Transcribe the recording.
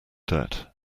debt